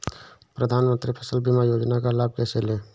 प्रधानमंत्री फसल बीमा योजना का लाभ कैसे लें?